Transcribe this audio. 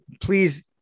please